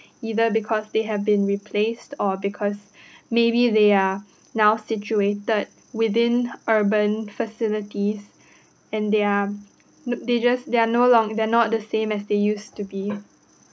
either because they have been replaced or because maybe they are now situated within urban facilities and they are they just they are no long~ they are not the same as they used to be